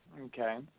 okay